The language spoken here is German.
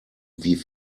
wie